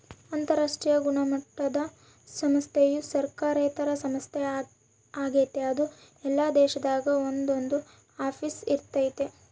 ಅಂತರಾಷ್ಟ್ರೀಯ ಗುಣಮಟ್ಟುದ ಸಂಸ್ಥೆಯು ಸರ್ಕಾರೇತರ ಸಂಸ್ಥೆ ಆಗೆತೆ ಅದು ಎಲ್ಲಾ ದೇಶದಾಗ ಒಂದೊಂದು ಆಫೀಸ್ ಇರ್ತತೆ